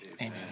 Amen